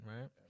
right